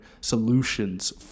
solutions